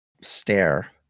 stare